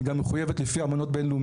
היא גם מחויבת לכך לפי אמנות בינלאומיות.